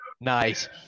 Nice